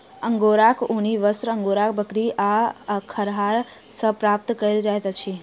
अंगोराक ऊनी वस्त्र अंगोरा बकरी आ खरहा सॅ प्राप्त कयल जाइत अछि